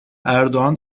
erdoğan